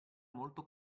molto